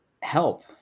help